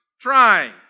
trying